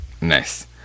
Nice